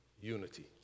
unity